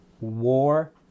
war